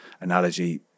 analogy